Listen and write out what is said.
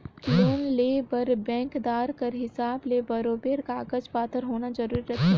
loan लेय बर बेंकदार कर हिसाब ले बरोबेर कागज पाथर होना जरूरी रहथे